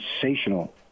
sensational